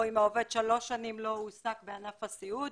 או אם העובד שלוש שנים לא הועסק בענף הסיעוד,